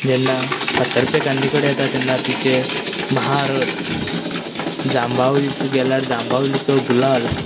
जेन्ना फातर्पेकान्नी कडेन येता तेन्ना तिचे महारथ जांबावलीच गेल्यार जांबावलीचो गुलाल